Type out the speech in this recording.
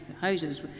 Houses